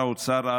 ולשר האוצר,